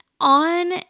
on